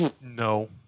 No